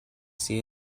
see